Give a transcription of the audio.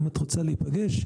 אם את רוצה להיפגש,